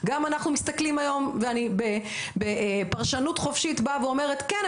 גם אנחנו מסתכלים היום.." ואני בפרשנות חופשים באה ואומרת "כן,